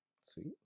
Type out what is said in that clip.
Sweet